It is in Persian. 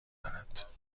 دارد